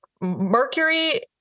Mercury